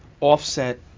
offset